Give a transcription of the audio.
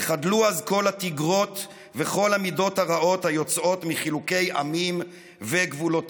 וחדלו אז כל התגרות וכל המידות הרעות היוצאות מחילוקי עמים וגבולותיהם",